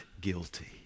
guilty